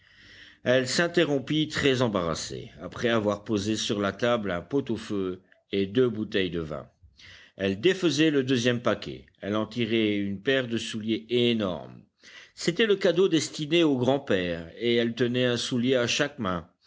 elle s'interrompit très embarrassée après avoir posé sur la table un pot-au-feu et deux bouteilles de vin elle défaisait le deuxième paquet elle en tirait une paire de souliers énormes c'était le cadeau destiné au grand-père et elle tenait un soulier à chaque main